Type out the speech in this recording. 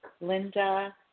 Linda